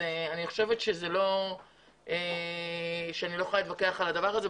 אז אני לא יכולה להתווכח על הדבר הזה,